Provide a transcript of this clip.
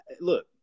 Look